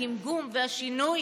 הגמגום והשינוי